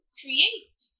create